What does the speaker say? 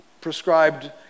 prescribed